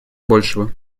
большего